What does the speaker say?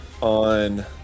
on